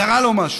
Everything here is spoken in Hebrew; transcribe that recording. קרה לו משהו,